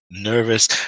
Nervous